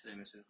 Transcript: Mrs